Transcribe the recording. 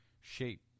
shape